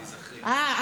אה,